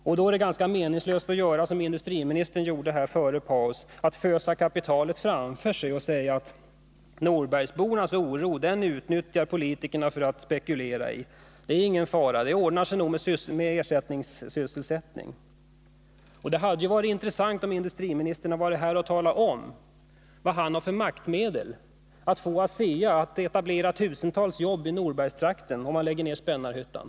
Och då är det ganska meningslöst att som industriministern gjorde före paus fösa kapitalet framför sig och säga att politikerna spekulerar i norbergsbornas oro — det är ingen fara, det ordnar sig nog med ersättningssysselsättning. Det hade varit intressant om industriministern hade varit här nu och talat om vilka maktmedel han har för att få ASEA att etablera tusentals jobb i Norbergstrakten om man lägger ned Spännarhyttan.